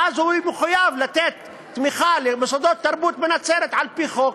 ואז הוא יהיה מחויב לתת תמיכה למוסדות תרבות בנצרת על-פי חוק,